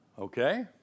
Okay